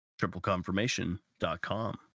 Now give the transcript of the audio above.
TripleConfirmation.com